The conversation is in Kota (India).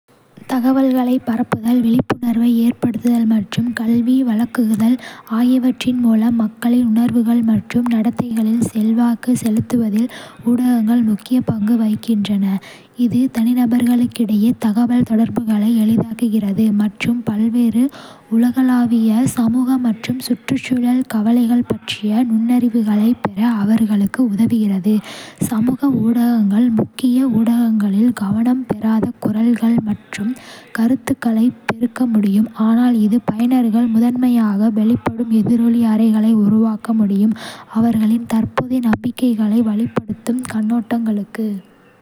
தகவல்களைப் பரப்புதல், விழிப்புணர்வை ஏற்படுத்துதல் மற்றும் கல்வி வழங்குதல் ஆகியவற்றின் மூலம் மக்களின் உணர்வுகள் மற்றும் நடத்தைகளில் செல்வாக்கு செலுத்துவதில் ஊடகங்கள் முக்கிய பங்கு வகிக்கின்றன. இது தனிநபர்களிடையே தகவல்தொடர்புகளை எளிதாக்குகிறது மற்றும் பல்வேறு உலகளாவிய, சமூக மற்றும் சுற்றுச்சூழல் கவலைகள் பற்றிய நுண்ணறிவுகளைப் பெற அவர்களுக்கு உதவுகிறது. சமூக ஊடகங்கள் முக்கிய ஊடகங்களில் கவனம் பெறாத குரல்கள் மற்றும் கருத்துக்களைப் பெருக்க முடியும், ஆனால் இது பயனர்கள் முதன்மையாக வெளிப்படும் எதிரொலி அறைகளை உருவாக்க முடியும். அவர்களின் தற்போதைய நம்பிக்கைகளை வலுப்படுத்தும் கண்ணோட்டங்களுக்கு.